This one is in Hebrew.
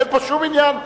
אין פה שום עניין,